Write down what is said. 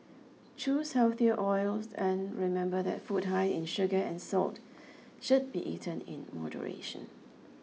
choose healthier oils and remember that food high in sugar and salt should be eaten in moderation